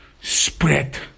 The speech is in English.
spread